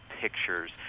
pictures